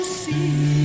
see